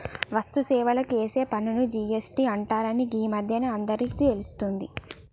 వస్తు సేవలకు ఏసే పన్నుని జి.ఎస్.టి అంటరని గీ మధ్యనే అందరికీ తెలుస్తాంది